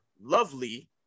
lovely